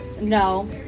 no